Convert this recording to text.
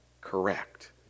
correct